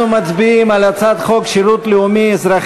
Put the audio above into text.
אנחנו מצביעים על הצעת חוק שירות לאומי-אזרחי,